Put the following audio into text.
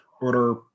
order